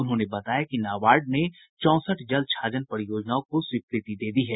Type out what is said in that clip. उन्होंने बताया कि नाबार्ड ने चौंसठ जलछाजन परियोजनाओं को स्वीकृति दे दी है